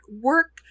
work